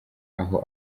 aho